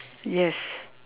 yes